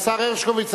השר הרשקוביץ,